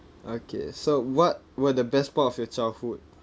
okay so what were the best part of your childhood